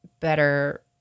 better